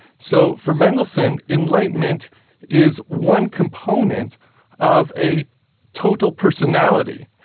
so, for mendelssohn enlightenment is one component of a total personality.